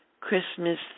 Christmas